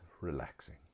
relaxing